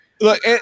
Look